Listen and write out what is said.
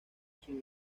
sin